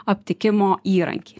aptikimo įrankį